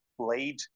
played